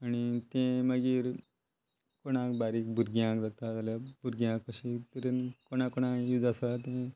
ते मागीर कोणाक बारीक भुरग्यांक जाता जाल्यार भुरग्यांक अशे तरेन कोणा कोणाक यूज आसा तें